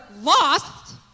lost